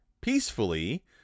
peacefully